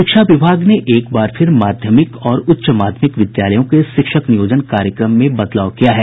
शिक्षा विभाग ने एक बार फिर माध्यमिक और उच्च माध्यमिक विद्यालयों के शिक्षक नियोजन कार्यक्रम में बदलाव किया है